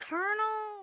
Colonel